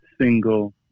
single